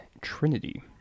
Trinity